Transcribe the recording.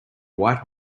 white